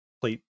plate